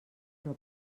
però